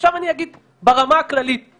עכשיו אני אגיד ברמה הכללית,